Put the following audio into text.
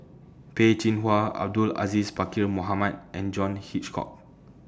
Peh Chin Hua Abdul Aziz Pakkeer Mohamed and John Hitchcock